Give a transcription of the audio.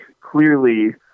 clearly